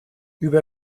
über